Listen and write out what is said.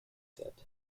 said